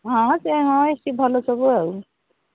ହଁ ସେ ହଁ ସେ ଭଲ ସବୁ ଆଉ